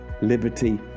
liberty